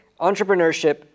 entrepreneurship